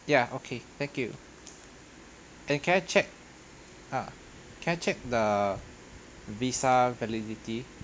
ya okay thank you and can I check ah can I check the visa validity